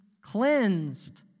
cleansed